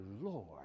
Lord